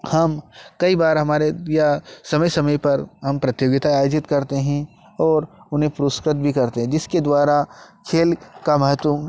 हम कई बार हमारे या समय समय पर हम प्रतियोगिता आयोजित करते हैं और उन्हें पुरस्कृत भी करते हैं जिसके द्वारा खेल का महत्व